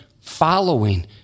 following